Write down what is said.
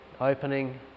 opening